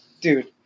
Dude